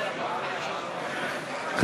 לאחר סעיף 1 לא נתקבלה.